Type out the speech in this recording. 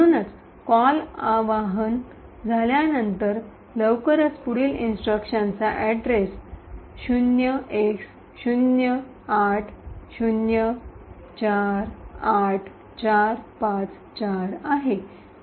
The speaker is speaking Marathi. म्हणूनच कॉल आवाहन invoke - बोलाविणे झाल्यानंतर लवकरच पुढील इंस्ट्रक्शनचा अड्रेस 0x08048454 आहे